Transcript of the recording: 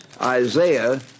Isaiah